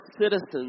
citizens